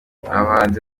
bahanzi